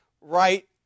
right